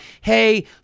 Hey